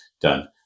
done